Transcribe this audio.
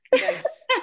Nice